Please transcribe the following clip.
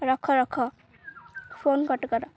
ରଖ ରଖ phone cut କର